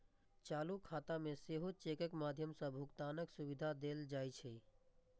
चालू खाता मे सेहो चेकक माध्यम सं भुगतानक सुविधा देल जाइ छै